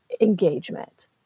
engagement